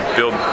build